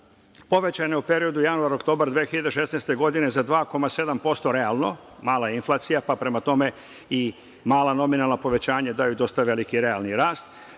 povećana je u periodu januar-oktobar 2016. godine za 2,7% realno. Mala je inflacija, pa prema tome i mala nominalna povećanja daju dosta veliki realni rast,